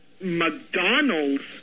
McDonald's